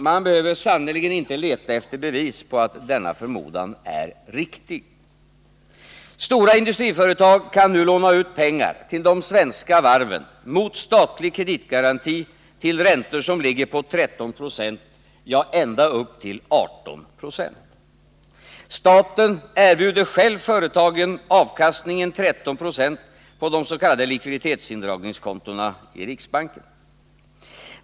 Man behöver sannerligen inte leta efter bevis på att denna förmodan är riktig. Stora industriföretag kan nu låna ut pengar till de svenska varven mot statlig kreditgaranti till räntor som ligger på 13 96, ja, ända upp till 18 96. Staten erbjuder själv företagen avkastningen 1396 på de s.k. likviditetsindragningskontona i riksbanken.